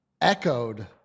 echoed